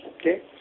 okay